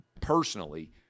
personally